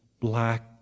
black